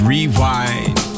Rewind